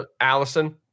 Allison